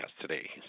today